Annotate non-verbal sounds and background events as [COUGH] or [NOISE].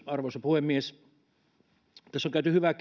arvoisa puhemies tässä on käyty hyvää [UNINTELLIGIBLE]